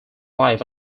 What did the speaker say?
live